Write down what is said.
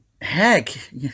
heck